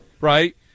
right